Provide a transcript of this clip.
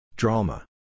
Drama